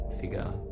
figure